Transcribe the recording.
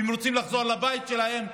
והם רוצים לחזור לבית שלהם,